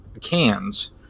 cans